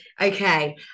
Okay